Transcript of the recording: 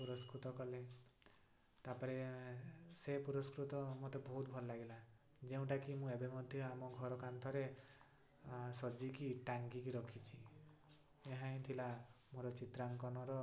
ପୁରସ୍କୃତ କଲେ ତାପରେ ସେ ପୁରସ୍କୃତ ମୋତେ ବହୁତ ଭଲ ଲାଗିଲା ଯେଉଁଟାକି ମୁଁ ଏବେ ମଧ୍ୟ ଆମ ଘର କାନ୍ଥରେ ସଜିକି ଟାଙ୍ଗିକି ରଖିଛି ଏହା ହିଁ ଥିଲା ମୋର ଚିତ୍ରାଙ୍କନର